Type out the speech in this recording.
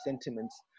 sentiments